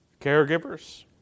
Caregivers